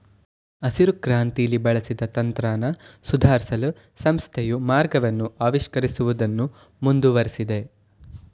ಹಸಿರುಕ್ರಾಂತಿಲಿ ಬಳಸಿದ ತಂತ್ರನ ಸುಧಾರ್ಸಲು ಸಂಸ್ಥೆಯು ಮಾರ್ಗವನ್ನ ಆವಿಷ್ಕರಿಸುವುದನ್ನು ಮುಂದುವರ್ಸಿದೆ